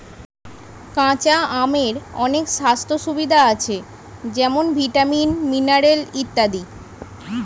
কাঁচা আমের অনেক স্বাস্থ্য সুবিধা আছে যেমন ভিটামিন, মিনারেল ইত্যাদি